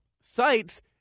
sites